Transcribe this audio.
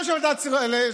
גם של ועדת השרים לחקיקה,